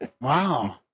Wow